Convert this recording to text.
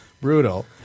brutal